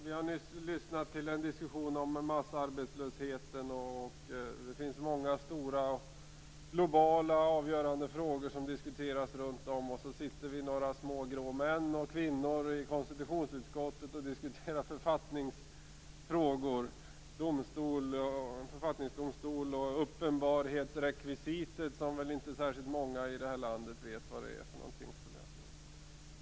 Vi har nyss lyssnat till en diskussion om massarbetslösheten. Det finns många stora, globala och avgörande frågor som diskuteras runt omkring oss - och så sitter vi här, några små grå män och kvinnor i konstitutionsutskottet och diskuterar författningsfrågor. Vi pratar om författningsdomstol och uppenbarhetsrekvisit, som väl inte särskilt många i det här landet vet vad det är för något, skulle jag tro.